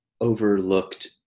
overlooked